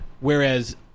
Whereas